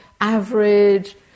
average